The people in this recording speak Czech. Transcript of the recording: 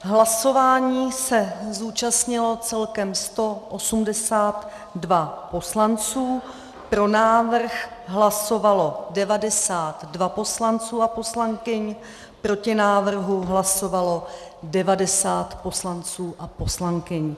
Hlasování se zúčastnilo celkem 182 poslanců, pro návrh hlasovalo 92 poslanců a poslankyň, proti návrhu hlasovalo 90 poslanců a poslankyň.